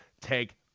take